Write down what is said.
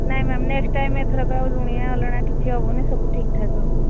ନାଁ ma'am next time ଏଥରକ ଆଉ ଲୁଣିଆ ଅଲଣା କିଛି ହେବନି ସବୁ ଠିକଠାକ ହେବ